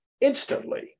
instantly